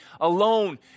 alone